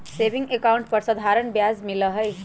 saving account पर साधारण ब्याज मिला हई